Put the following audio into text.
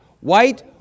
White